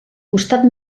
costat